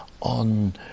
on